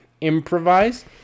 improvise